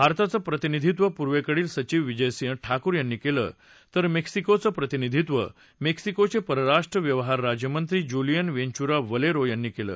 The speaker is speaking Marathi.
भारताचं प्रतिनिधीत्व पूर्वेकडील सचिव विजयसिंग ठाकूर यांनी केलं तर मेक्सिकोचं प्रतिनिधीत्व मेक्सिकोचे परराष्ट्र व्यवहार राज्य मंत्री ज्युलियन वेंचुरा वलेरो यांनी केलं